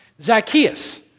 Zacchaeus